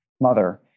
mother